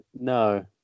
No